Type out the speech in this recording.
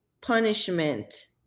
punishment